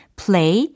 play